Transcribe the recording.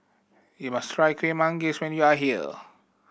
you must try Kueh Manggis when you are here